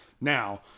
Now